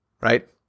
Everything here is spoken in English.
right